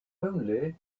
only